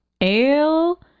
ale